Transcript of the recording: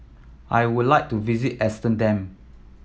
I would like to visit Amsterdam